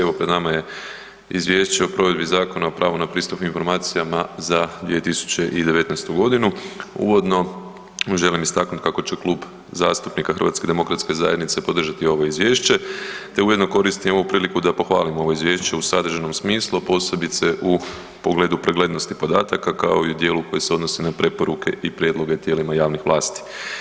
Evo pred nama je Izvješće o provedbi Zakona o pravu na pristup informacijama za 2019.g. Uvodno želim istaknuti kako će Klub zastupnika HDZ-a podržati ovo izvješće te ujedno koristim ovu priliku da pohvalim ovo izvješće u sadržajnom smislu, a posebice u pogledu preglednosti podataka kao i u dijelu koje se odnosi na preporuke i prijedloge tijelima javnih vlasti.